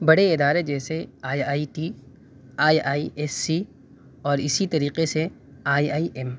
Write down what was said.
بڑے ادارے جیسے I I T I I S C اور اسی طریقے سے آئی آئی ایم